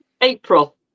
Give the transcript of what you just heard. April